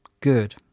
good